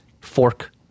fork